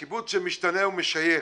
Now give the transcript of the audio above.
קיבוץ שמשתנה הוא משייך